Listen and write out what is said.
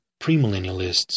premillennialists